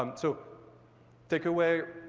um so take away,